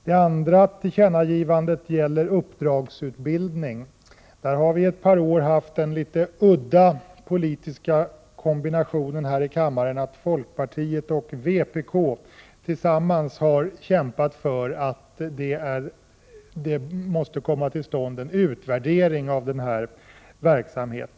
Det andra tillkännagivandet gäller uppdragsutbildningen. Här har vi ett par år haft den litet udda politiska kombinationen här i kammaren, att folkpartiet och vpk tillsammans har kämpat för att det måste komma till stånd en utvärdering av denna verksamhet.